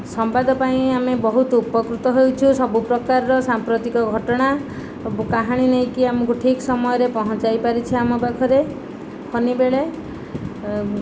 ସମ୍ବାଦ ପାଇଁ ଆମେ ବହୁତ ଉପକୃତ ହେଉଛୁ ସବୁ ପ୍ରକାର ସାଂପ୍ରତିକ ଘଟଣା କାହାଣୀ ନେଇକି ଆମକୁ ଠିକ୍ ସମୟରେ ପହଞ୍ଚାଇପାରିଛି ଆମ ପାଖରେ ଫନି ବେଳେ